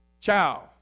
ciao